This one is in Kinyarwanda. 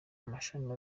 mashami